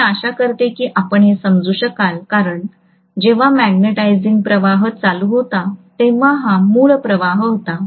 मी आशा करते की आपण हे समजू शकाल कारण जेव्हा मॅग्नेटिझिंग प्रवाह चालू होता तेव्हा हा मूळ प्रवाह होता